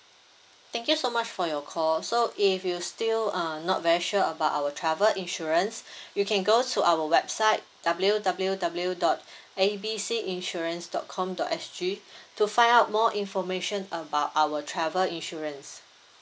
thank you so much for your call so if you still uh not very sure about our travel insurance you can go to our website W W W dot A B C insurance dot com dot S G to find out more information about our travel insurance